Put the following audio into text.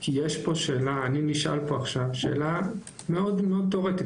אני נשאל פה עכשיו שאלה מאוד תיאורטית.